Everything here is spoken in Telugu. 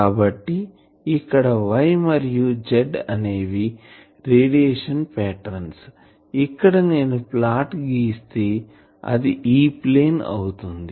కాబట్టి ఇక్కడ Y మరియు Z అనేవి రేడియేషన్ పాటర్న్స్ ఇక్కడ నేను ప్లాట్ గీస్తే అది E ప్లేన్ అవుతుంది